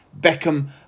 Beckham